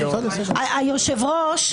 היושב-ראש,